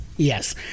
Yes